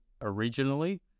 originally